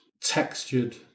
textured